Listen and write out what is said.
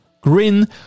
Green